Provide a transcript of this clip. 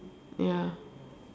ya